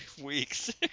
weeks